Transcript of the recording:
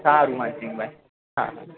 સારું માનસિંગભાઈ હા હા